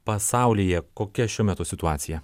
pasaulyje kokia šiuo metu situacija